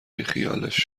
بیخیالش